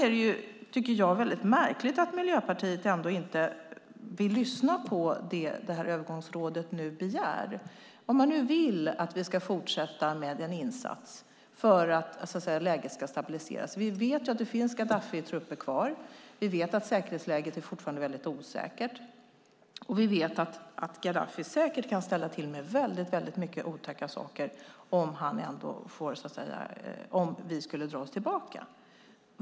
Jag tycker att det är väldigt märkligt att Miljöpartiet ändå inte vill lyssna på det övergångsrådet nu begär, om man nu vill att vi ska fortsätta med en insats för att läget ska stabiliseras. Vi vet att det finns Gaddafitrupper kvar. Vi vet att säkerhetsläget fortfarande är väldigt osäkert. Vi vet att Gaddafi säkert kan ställa till med väldigt mycket otäcka saker om vi skulle dra oss tillbaka.